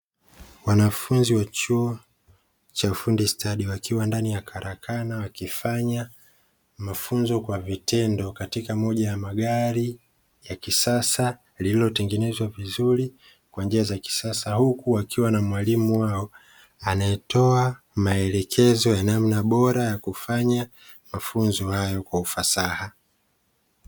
Wanafunzi wa chuo cha ufundi stadi, wakiwa ndani ya karakana, wakifanya mafunzo kwa vitendo katika moja ya magari ya kisasa, lililotengenezwa vizuri kwa njia za kisasa. Huku wakiwa na mwalimu wao anayetoa maelekezo ya namna kufanya mafunzo hayo kwa ufasaha.